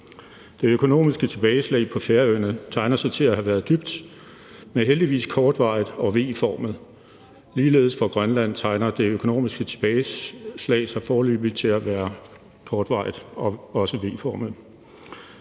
Det økonomiske tilbageslag på Færøerne tegner til at have været dybt, men heldigvis kortvarigt og v-formet. Ligeledes for Grønland tegner det økonomiske tilbageslag foreløbig til at være kortvarigt og også v-formet.